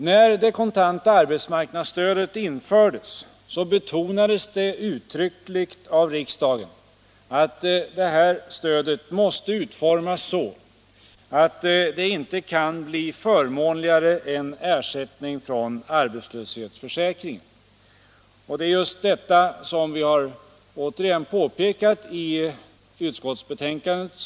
När det kontanta arbetsmarknadsstödet infördes betonades det uttryckligen av riksdagen att stödet måste utformas så, att det inte kan bli förmånligare än ersättning från arbetslöshetsförsäkring. Det är just detta som vi återigen har påpekat i utskottsbetänkandet.